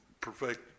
perfect